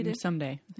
someday